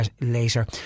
later